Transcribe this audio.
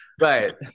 Right